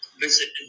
visit